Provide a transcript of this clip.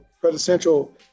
presidential